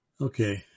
Okay